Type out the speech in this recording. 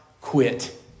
quit